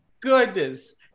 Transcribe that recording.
goodness